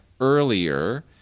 earlier